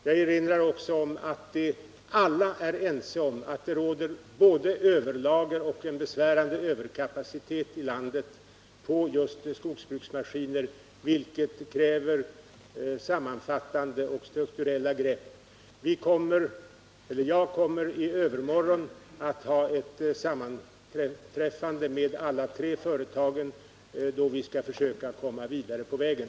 Jag vill också erinra om att alla är överens om att det finns både överlager och en besvärande överkapacitet i landet när det gäller just skogsbruksmaskiner, vilket kräver sammanfattande och strukturella grepp. Jag kommer i övermorgon att ha ett sammanträffande med alla tre företagen, då vi skall försöka komma vidare på vägen.